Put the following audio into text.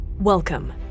Welcome